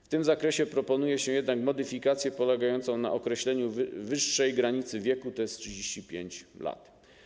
W tym zakresie proponuje się jednak modyfikację polegającą na określeniu wyższej granicy wieku, czyli 35 lat.